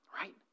right